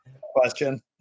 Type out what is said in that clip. Question